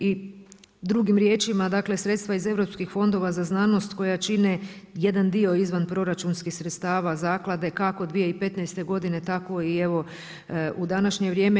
I drugim riječima dakle sredstva iz europskih fondova za znanost koja čine jedan dio izvanproračunskih sredstava zaklade kako 2015. tako i evo u današnje vrijeme.